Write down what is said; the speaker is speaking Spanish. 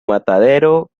matadero